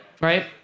right